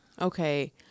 Okay